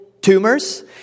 tumors